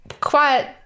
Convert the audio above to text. quiet